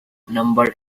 number